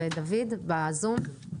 דוד, בזום?